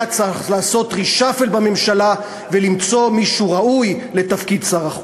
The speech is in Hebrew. היה צריך לעשות reshuffle בממשלה ולמצוא מישהו ראוי לתפקיד שר החוץ.